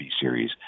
series